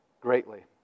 greatly